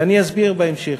ואני אסביר בהמשך.